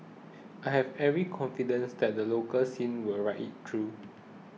I have every confidence that the local scene will ride it through